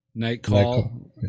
Nightcall